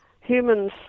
Humans